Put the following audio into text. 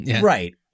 Right